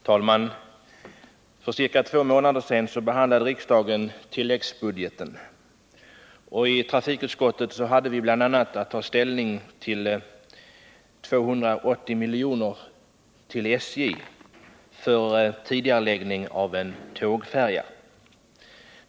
Herr talman! För ca två månader sedan behandlade riksdagen tilläggsbudgeten. I trafikutskottet hade vi att bl.a. ta ställning till ett anslag på 280 milj.kr. till SJ för tidigareläggning av en beställning av en tågfärja.